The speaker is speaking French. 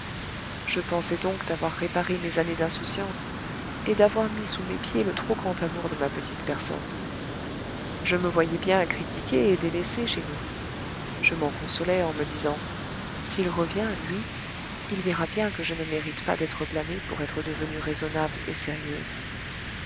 je pensais donc d'avoir réparé mes années d'insouciance et d'avoir mis sous mes pieds le trop grand amour de ma petite personne je me voyais bien critiquée et délaissée chez nous je m'en consolais en me disant s'il revient lui il verra bien que je ne mérite pas d'être blâmée pour être devenue raisonnable et sérieuse